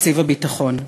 תקציב הביטחון.